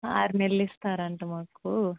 ఆర్నెల్లు ఇస్తారంట మాకూ